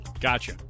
Gotcha